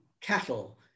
cattle